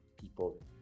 people